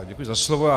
Děkuji za slovo.